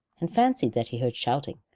and fancied that he heard shouting,